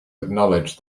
acknowledged